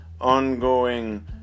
ongoing